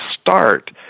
start